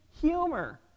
humor